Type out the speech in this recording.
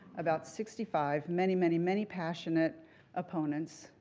about sixty five, many, many, many passionate opponents,